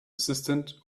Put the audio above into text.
assistant